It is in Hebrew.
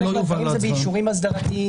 חלק מן הדברים הם באישורים אסדרתיים